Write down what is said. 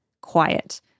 quiet